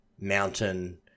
mountain